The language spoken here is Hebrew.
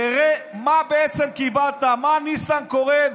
תראה מה בעצם קיבלת, מה ניסנקורן,